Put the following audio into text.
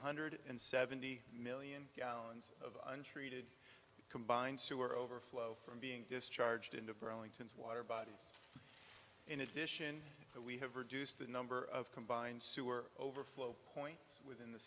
hundred and seventy million gallons of untreated combined sewer overflow from being discharged into burlington's water bodies in addition we have reduced the number of combined sewer overflow point within the